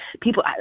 people